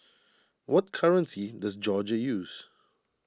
what currency does Georgia use